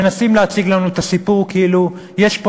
מנסים להציג לנו את הסיפור כאילו יש פה